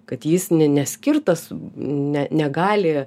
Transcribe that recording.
kad jis ne neskirtas ne negali